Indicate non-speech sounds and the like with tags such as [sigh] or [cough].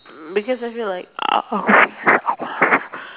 mm because I feel like [noise]